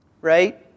Right